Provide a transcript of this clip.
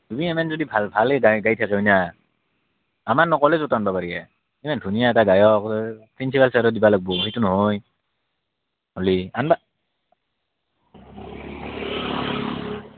জুবিন ইমান যদি ভাল ভালে গা গাই থাকে হয়নে আমাৰনো কলেজত আনিব পাৰি এ কেনে ধুনীয়া এটা গায়ক প্ৰিঞ্চিপাল ছাৰেও দিব লাগিব সেইটো নহয় হ'লে আনিব